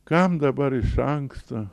kam dabar iš anksto